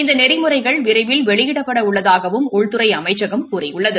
இந்த நெறிமுறைகள் விரைவில் வெளியிடப்பட உள்ளதாகவும் உள்துறை அமைச்சகம் கூறியுள்ளது